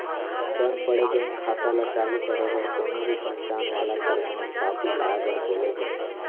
बंद पड़े बेंक खाता ल चालू करे बर कोनो भी पहचान वाला परमान पाती लाए बर बोले हे